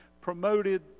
promoted